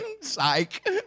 psych